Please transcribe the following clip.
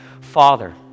Father